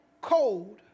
cold